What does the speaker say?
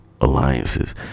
alliances